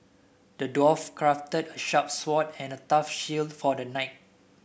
the dwarf crafted a sharp sword and a tough shield for the knight